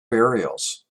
burials